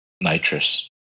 nitrous